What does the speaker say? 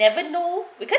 never know because